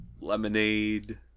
lemonade